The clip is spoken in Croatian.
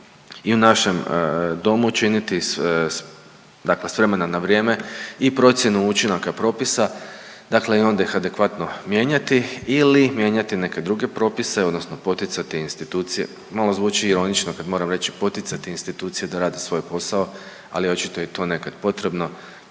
i u našem domu učiniti, dakle s vremena na vrijeme i procjenu učinaka propisa, dakle i onda ih adekvatno mijenjati ili mijenjati neke druge propise odnosno poticati institucije, malo zvuči ironično kad moram reći poticati institucije da rade svoj posao, ali očito je i to nekada potrebno.